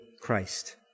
Christ